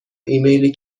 ایمیلی